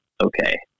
okay